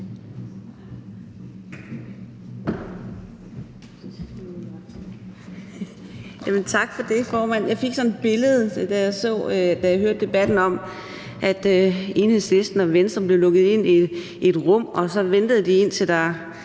Tak for det, formand. Jeg fik sådan et billede, da jeg hørte debatten om, at Enhedslisten og Venstre blev lukket ind i et rum, og så ventede de, indtil der